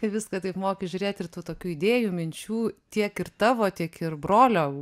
į viską taip moki žiūrėt ir tų tokių idėjų minčių tiek ir tavo tiek ir brolio